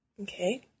Okay